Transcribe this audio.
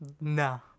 No